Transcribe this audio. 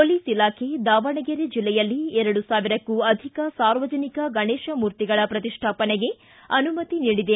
police ಇಲಾಖೆ ದಾವಣಗೆರೆ ಜಿಲ್ಲೆಯಲ್ಲಿ ಎರಡು ಸಾವಿರಕ್ಕೂ ಅಧಿಕ ಸಾರ್ವಜನಿಕ ಗಣೇಶ ಮೂರ್ತಿಗಳ ಪ್ರತಿಷ್ಠಾಪನೆಗೆ ಅನುಮತಿ ನೀಡಿದೆ